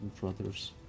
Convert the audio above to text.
brother's